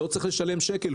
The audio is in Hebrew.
לא צריך לשלם ולו שקל.